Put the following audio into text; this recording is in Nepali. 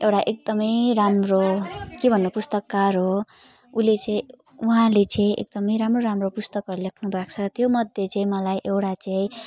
एउटा एकदम राम्रो के भन्नु पुस्तककार हो उसले चाहिँ उहाँले चाहिँ एकदम राम्रो राम्रो पुस्तकहरू लेख्नु भएको छ त्यो मध्ये चाहिँ मलाई एउटा चाहिँ